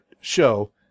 show